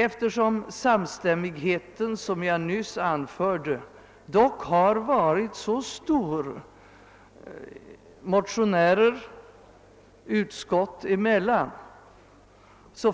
Eftersom samstämmigheten, som jag nyss nämnde, dock har varit så stor mellan motionärerna och «utskottet,